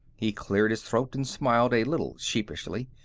he cleared his throat and smiled a little sheepishly.